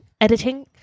editing